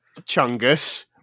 Chungus